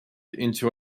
into